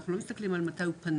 אנחנו לא מסתכלים על מתי הוא פנה.